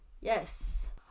yes